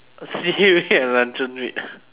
seaweed and luncheon meat